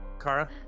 Kara